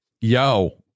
yo